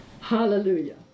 Hallelujah